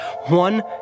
one